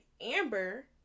Amber